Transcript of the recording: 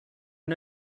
are